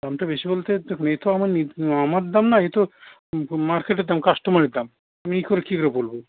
দামটা বেশি বলতে এ তো আমার নি আমার দাম না এ তো মার্কেটের দাম কাস্টমারের দাম আমি এ করে কী করে বলবো